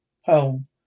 home